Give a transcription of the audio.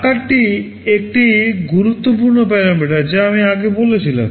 আকারটি একটি গুরুত্বপূর্ণ parameter যা আমি আগে বলেছিলাম